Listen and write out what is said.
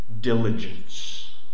diligence